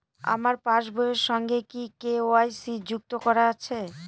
আমার পাসবই এর সঙ্গে কি কে.ওয়াই.সি যুক্ত করা আছে?